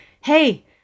hey